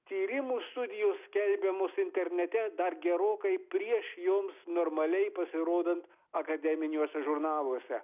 tyrimų studijos skelbiamos internete dar gerokai prieš joms normaliai pasirodant akademiniuose žurnaluose